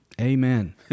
Amen